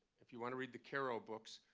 if you want to read the caro books,